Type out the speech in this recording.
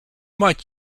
might